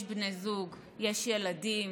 יש בני זוג, יש ילדים.